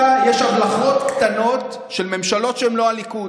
מ-1977 יש הבלחות קטנות של ממשלות שהן לא הליכוד.